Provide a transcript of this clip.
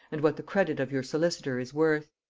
and what the credit of your solicitor is worth.